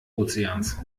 ozeans